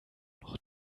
noch